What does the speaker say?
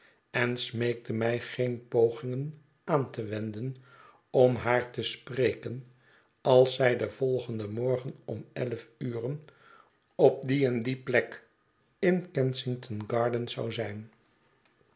en smeekte mij geen pogingen aan te wenden om haar te spreken als zij den volgenden morgen om elf uren op die endieplekin kensington gardens zou zijn